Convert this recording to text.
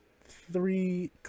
three